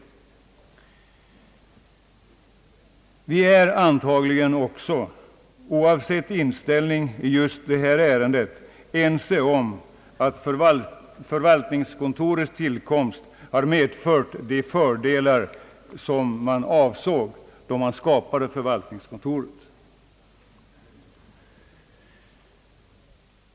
Vi är antagligen också, oavsett inställning i just detta ärende, ense om att förvaltningskontorets tillkomst har medfört de fördelar som man avsåg då man skapade det.